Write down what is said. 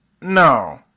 No